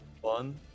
one